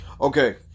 Okay